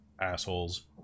Assholes